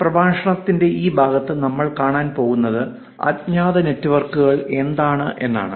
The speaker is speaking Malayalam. പ്രഭാഷണത്തിന്റെ ഈ ഭാഗത്ത് നമ്മൾ കാണാൻ പോകുന്നത് അജ്ഞാത നെറ്റ്വർക്കുകൾ എന്താണ് എന്നാണ്